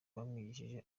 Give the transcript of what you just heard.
bamwigishije